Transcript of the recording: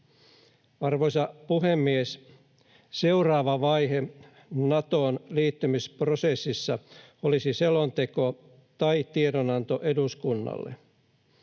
Arvoisa puhemies! Seuraava vaihe liittymisprosessissa Natoon olisi selonteko tai tie- donanto eduskunnalle.